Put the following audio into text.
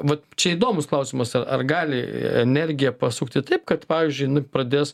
va čia įdomus klausimas ar gali energija pasukti taip kad pavyzdžiui nu pradės